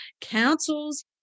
councils